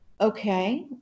okay